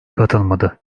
katılmadı